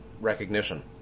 recognition